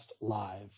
Live